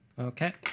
Okay